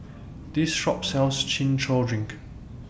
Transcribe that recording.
This Shop sells Chin Chow Drink